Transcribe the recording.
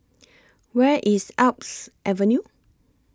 Where IS Alps Avenue